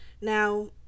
Now